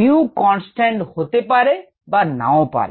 𝜇 constant হতে পারে বা নাও পারে